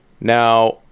Now